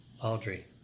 Audrey